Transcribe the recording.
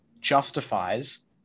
justifies